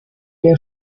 der